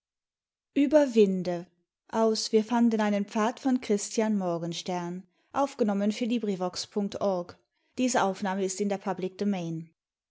project gutenberg's wir fanden einen pfad by christian morgenstern